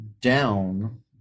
down